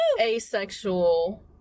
asexual